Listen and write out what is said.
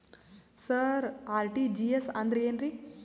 ಸರ RTGS ಅಂದ್ರ ಏನ್ರೀ?